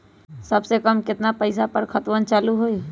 सबसे कम केतना पईसा पर खतवन चालु होई?